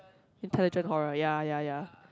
intelligent horror ya ya ya